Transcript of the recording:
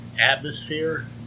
atmosphere